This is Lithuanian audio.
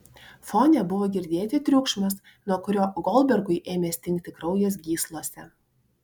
fone buvo girdėti triukšmas nuo kurio goldbergui ėmė stingti kraujas gyslose